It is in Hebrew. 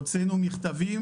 הוצאנו מכתבים.